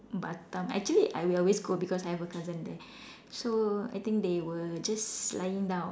Batam actually I we always go because I have a cousin there so I think they were just lying down